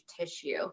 tissue